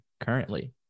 currently